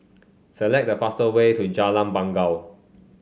select the faster way to Jalan Bangau